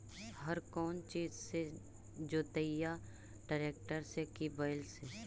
हर कौन चीज से जोतइयै टरेकटर से कि बैल से?